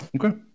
Okay